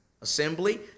Assembly